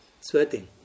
sweating